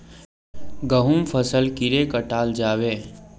गहुम फसल कीड़े कटाल जाबे?